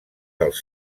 dels